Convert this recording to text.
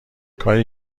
کاری